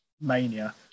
Mania